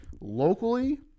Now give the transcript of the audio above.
Locally